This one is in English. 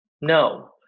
No